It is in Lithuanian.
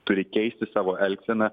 turi keisti savo elgseną